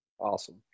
Awesome